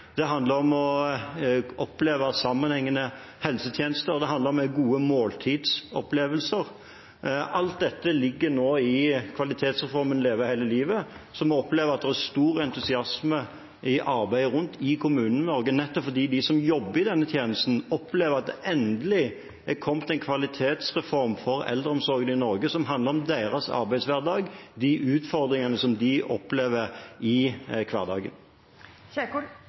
Det handler om å oppleve sammenhengende helsetjenester, det handler om gode måltidsopplevelser. Alt dette ligger nå i kvalitetsreformen Leve hele livet, som vi opplever at det er stor entusiasme rundt i arbeidet i Kommune-Norge, nettopp fordi de som jobber i denne tjenesten, opplever at det endelig er kommet en kvalitetsreform for eldreomsorgen i Norge som handler om deres arbeidshverdag og om de utfordringene de opplever i